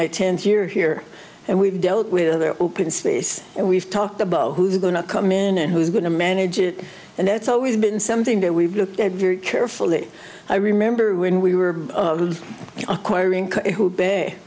my tenth year here and we've dealt with in the open space and we've talked about who's going to come in and who's going to manage it and that's always been something that we've looked at very carefully i remember when we were acquiring